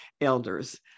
elders